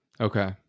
Okay